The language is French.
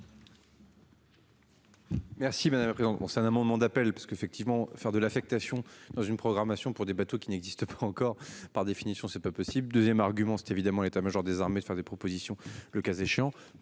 Merci madame présentement c'est un amendement d'appel parce qu'effectivement faire de l'affectation dans une programmation pour des bateaux qui n'existe pas encore. Par définition, c'est pas possible. 2ème argument c'est évidemment l'état major des armées de faire des propositions, le cas échéant